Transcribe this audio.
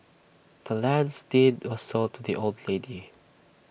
the land's deed was sold to the old lady